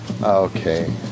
okay